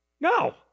No